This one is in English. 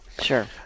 Sure